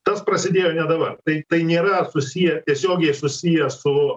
tas prasidėjo ne dabar tai tai nėra susiję tiesiogiai susiję su